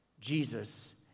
Jesus